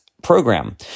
program